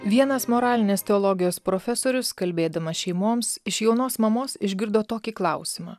vienas moralinės teologijos profesorius kalbėdamas šeimoms iš jaunos mamos išgirdo tokį klausimą